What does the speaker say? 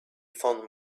found